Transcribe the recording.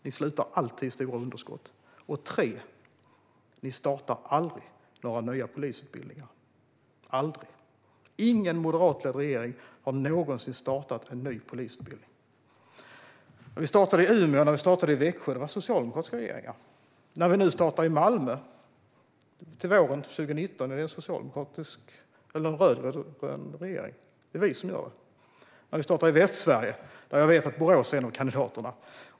Ni slutar alltid i stora underskott. Det tredje är att ni aldrig startar några nya polisutbildningar. Ingen moderatledd regering har någonsin startat en ny polisutbildning. När vi startade utbildningar i Umeå och i Växjö gjordes det av socialdemokratiska regeringar. När vi nu startar i Malmö till våren 2019 är det en rödgrön regering. Det är vi som gör det. Vi ska starta i Västsverige, där jag vet att Borås är en av kandidaterna.